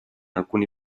alcuni